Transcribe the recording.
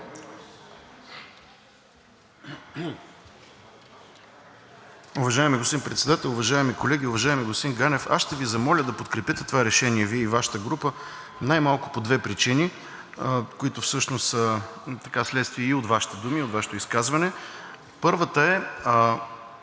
Уважаеми господин Председател, уважаеми колеги, уважаеми господин Ганев! Аз ще Ви помоля да подкрепите това решение, Вие и Вашата група, най-малко по две причини, които всъщност са следствие и от Вашите думи, и от Вашето изказване. Първата е